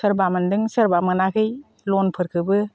सोरबा मोनदों सोरबा मोनाखै लनफोरखौबो